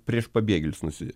prieš pabėgėlius nusi